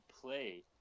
play